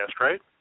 right